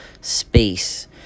space